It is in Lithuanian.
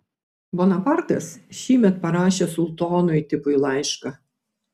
bonapartas šįmet parašė sultonui tipui laišką